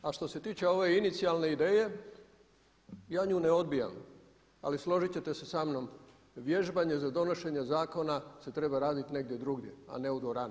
A što se tiče ove inicijalne ideje ja nju ne odbijam ali složit ćete se sa mnom vježbanje za donošenje zakona se treba raditi negdje drugdje, a ne u dvorani.